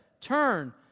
Turn